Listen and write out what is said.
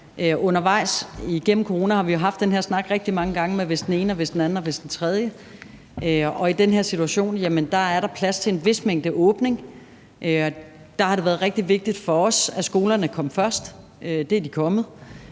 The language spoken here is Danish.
gennem coronaen haft den her snak rigtig mange gange, hvis den ene og hvis den anden og hvis den tredje, og i den her situation er der plads til en vis mængde åbning. Der har det været rigtig vigtigt for os, at skolerne kom først. Det er de kommet,